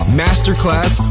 masterclass